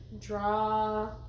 draw